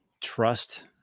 trust